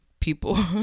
people